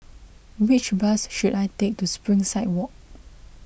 which bus should I take to Springside Walk